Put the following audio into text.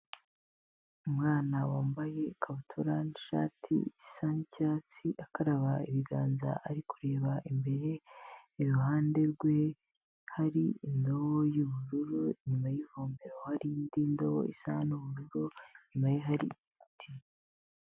Umwana wambaye ikabutura n'ishati isa n'icyatsi, akaraba ibiganza ari kureba imbere, iruhande rwe hari indobo y'ubururu, inyuma y'ivomero hari indi ndobo isa n'ubururu inyuma ye hari ibiti.